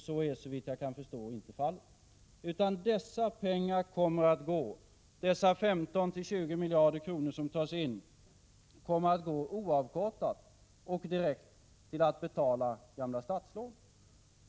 Så är såvitt jag kan förstå inte fallet, utan dessa 15-20 miljarder kronor som tas in kommer att gå oavkortat och direkt till att betala gamla statslån.